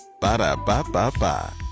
Ba-da-ba-ba-ba